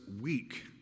weak